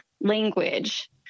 language